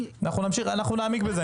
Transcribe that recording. אנחנו נעמיק בזה.